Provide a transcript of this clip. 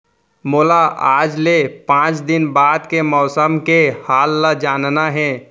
मोला आज ले पाँच दिन बाद के मौसम के हाल ल जानना हे?